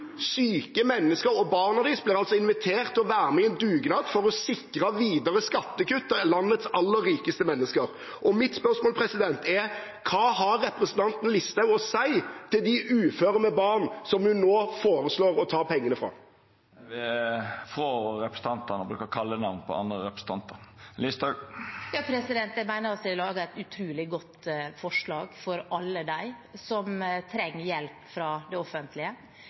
syke mennesker, og barna deres blir altså invitert til å være med i en dugnad for å sikre videre skattekutt til landets aller rikeste mennesker. Mitt spørsmål er: Hva har representanten Listhaug å si til de uføre med barn, som hun nå foreslår å ta pengene fra? Presidenten vil rå representanten frå å bruka kallenamn på andre representantar. Jeg mener at vi har laget et utrolig godt forslag for alle dem som trenger hjelp fra det offentlige.